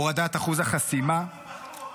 הורדת אחוז החסימה ------ אם ייבחרו,